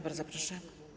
Bardzo proszę.